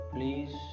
Please